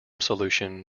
solution